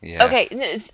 Okay